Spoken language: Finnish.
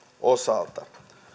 osalta